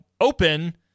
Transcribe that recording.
open